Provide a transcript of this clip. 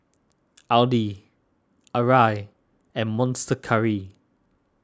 Audi Arai and Monster Curry